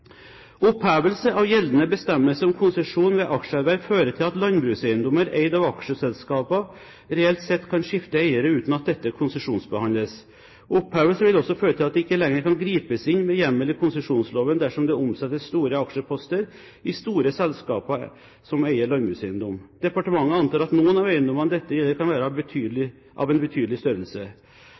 av gjeldende bestemmelse om konsesjon ved aksjeerverv fører til at landbrukseiendommer eid av aksjeselskaper reelt sett kan skifte eiere uten at dette konsesjonsbehandles. Opphevelse vil også føre til at det ikke lenger kan gripes inn med hjemmel i konsesjonsloven dersom det omsettes store aksjeposter i store selskaper som eier landbrukseiendom. Departementet antar at noen av eiendommene dette gjelder kan være av en betydelig størrelse.